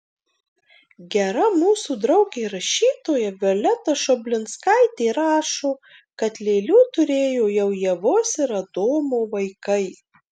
gera mūsų draugė rašytoja violeta šoblinskaitė rašo kad lėlių turėjo jau ievos ir adomo vaikai